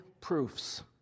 proofs